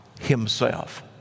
himself